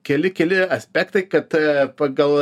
keli keli aspektai kad pagal